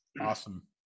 Awesome